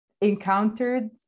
encountered